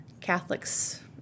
Catholics